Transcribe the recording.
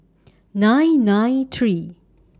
nine nine three